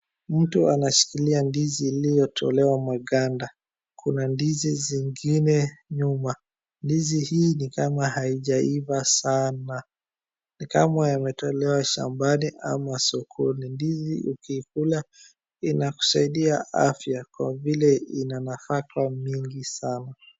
Mtu anashikilia ndizi iliyotolewa maganda. Kuna ndizi zingine nyuma. Ndizi hii ni kama haijaiva sana. Ni kama yameolewa shambani ama sokoni. Ndizi ukikula inakusaidia afya kwa vile ina nafaka mingi sana.